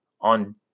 on